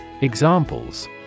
Examples